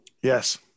yes